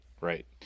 right